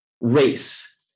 race